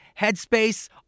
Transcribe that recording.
Headspace